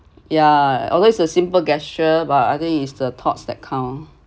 yeah although it's a simple gesture but I think it's the thought that counts